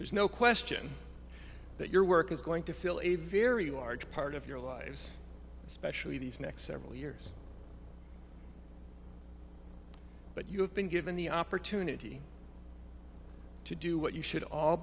there's no question that your work is going to fill a very large part of your lives especially these next several years but you have been given the opportunity to do what you should all